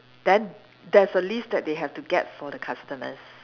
then there's a list that they have to get for the customers